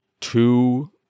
two